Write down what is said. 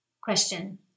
Question